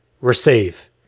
Receive